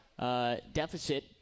deficit